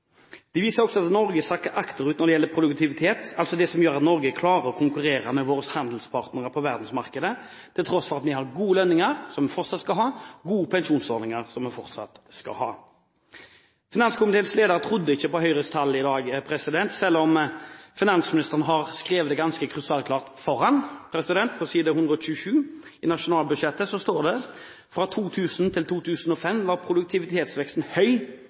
De viser også at Norge sakker akterut når det gjelder produktivitet, altså det som gjør at Norge klarer å konkurrere med våre handelspartnere på verdensmarkedet til tross for at vi har gode lønninger, som vi fortsatt skal ha, og gode pensjonsordninger, som vi fortsatt skal ha. Finanskomiteens leder trodde ikke på Høyres tall i dag selv om finansministeren har skrevet det ganske krystallklart for ham. På side 107 i nasjonalbudsjettet står det: «Fra 2000 til 2005 var produktivitetsveksten høy